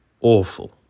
awful